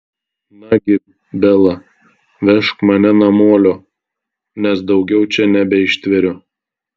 nagi bela vežk mane namolio nes daugiau čia nebeištveriu